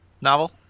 novel